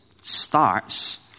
starts